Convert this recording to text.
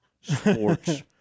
sports